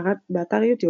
באתר יוטיוב